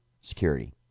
security